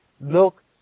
look